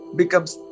becomes